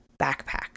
backpack